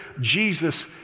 Jesus